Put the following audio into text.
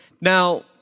Now